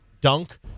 dunk